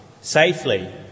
safely